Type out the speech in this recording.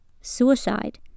Suicide